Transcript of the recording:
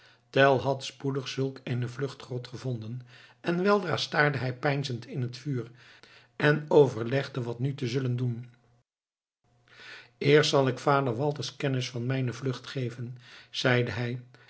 tell had spoedig zulk eene vluchtgrot gevonden en weldra staarde hij peinzend in het vuur en overlegde wat nu te zullen doen eerst zal ik vader walter kennis van mijne vlucht geven zeide hij